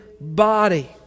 body